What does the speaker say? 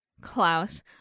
Klaus